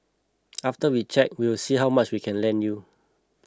after we check we will see how much we can lend you